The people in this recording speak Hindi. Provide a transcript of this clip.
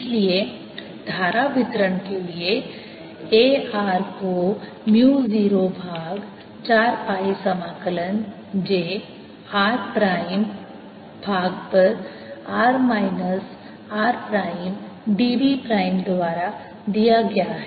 इसलिए धारा वितरण के लिए A r को म्यू 0 भाग 4 पाई समाकलन j r प्राइम भाग पर r minus r prime d v prime दिया गया है